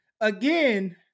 again